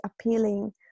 appealing